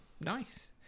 nice